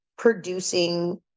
producing